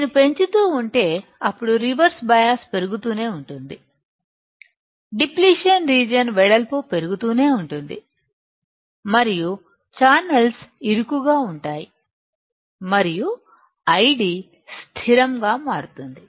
నేను పెంచుతూ ఉంటే అప్పుడు రివర్స్ బయాస్ పెరుగుతూనే ఉంటుంది డిప్లిషన్ రీజియన్ వెడల్పు పెరుగుతూనే ఉంటుంది మరియు ఛానల్స్ ఇరుకుగా ఉంటాయి మరియు ID స్థిరంగా మారుతుంది